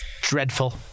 Dreadful